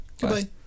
Goodbye